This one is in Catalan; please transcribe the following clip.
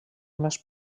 més